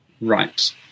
right